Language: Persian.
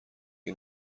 این